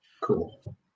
cool